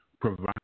provide